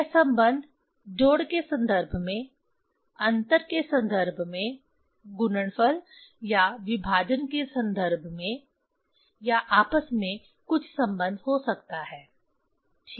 यह संबंध जोड़ के संदर्भ में अंतर के संदर्भ में गुणनफल या विभाजन के संदर्भ में या आपस में कुछ संबंध हो सकता है ठीक